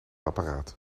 apparaat